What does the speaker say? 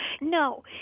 No